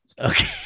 okay